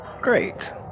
Great